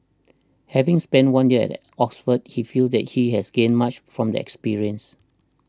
having spent one year at Oxford he feels that he has gained much from the experience